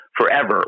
forever